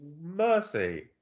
mercy